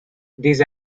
these